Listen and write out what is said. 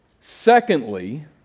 Secondly